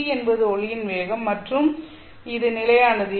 c என்பது ஒளியின் வேகம் மற்றும் அது நிலையானது